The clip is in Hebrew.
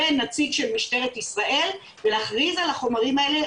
ונציג של משטרת ישראל, מכריז על החומרים האלה.